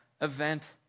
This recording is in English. event